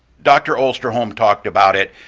dr. osterholm talked about it,